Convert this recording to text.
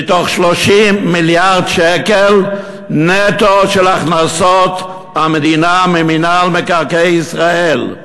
30 מיליארד שקלים נטו של הכנסות המדינה ממינהל מקרקעי ישראל,